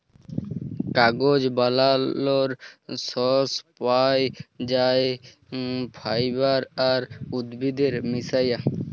কাগজ বালালর সর্স পাই যাই ফাইবার আর উদ্ভিদের মিশায়া